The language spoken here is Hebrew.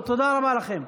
תודה רבה לכם.